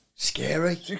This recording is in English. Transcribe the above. Scary